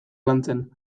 lantzen